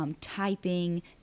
typing